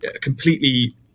completely